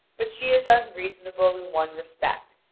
but she is unreasonable in one respect,